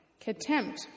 Contempt